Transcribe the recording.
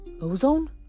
ozone